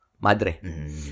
madre